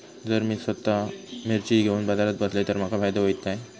जर मी स्वतः मिर्ची घेवून बाजारात बसलय तर माका फायदो होयत काय?